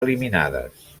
eliminades